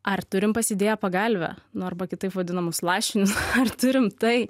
ar turim pasidėję pagalvę nu arba kitaip vadinamus lašinius ar turim tai